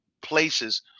places